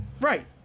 Right